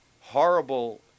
horrible